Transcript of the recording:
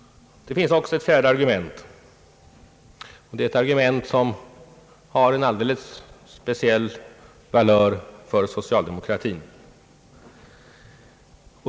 Det finns också ett fjärde argument, som här en alldeles speciell valör för socialdemokratin.